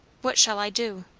what shall i do?